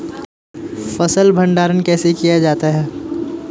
फ़सल भंडारण कैसे किया जाता है?